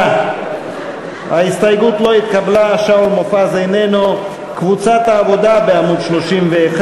ההסתייגות של קבוצת סיעת חד"ש לסעיף 05,